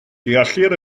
deallir